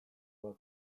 bat